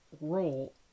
role